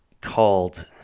called